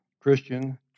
Christian